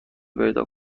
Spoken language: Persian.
پیدا